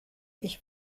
ich